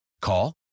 Call